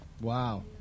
Wow